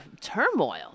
turmoil